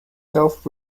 self